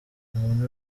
umuntu